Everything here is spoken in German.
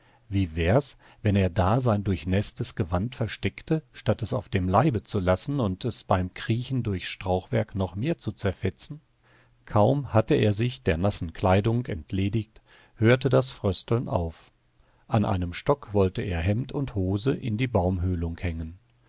wie wär's wenn er da sein durchnäßtes gewand versteckte statt es auf dem leibe zu lassen und es beim kriechen durchs strauchwerk noch mehr zu zerfetzen kaum hatte er sich der nassen kleidung entledigt hörte das frösteln auf an einem stock wollte er hemd und hose in die baumhöhlung hängen